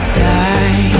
die